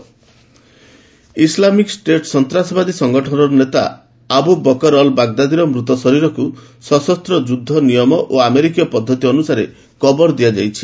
Baghdadi Islamic State ସନ୍ତାସବାଦୀ ସଂଗଠନର ନେତା ଅବୁ ବକର୍ ଅଲ୍ ବାଗ୍ଦାଦିର ମୃତ ଶରୀରକୁ ସଶସ୍ତ ଯୁଦ୍ଧ ନିୟମ ଓ ଆମେରିକୀୟ ପଦ୍ଧତି ଅନୁସାରେ କବର ଦିଆଯାଇଛି